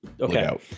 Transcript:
Okay